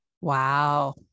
Wow